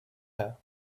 her